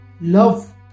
Love